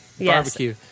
barbecue